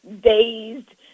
dazed